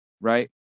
Right